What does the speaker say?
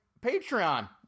Patreon